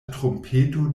trumpeto